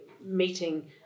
meeting